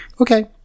okay